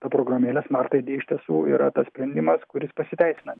ta programėlė smart id yra iš tiesų yra tas sprendimas kuris pasiteisina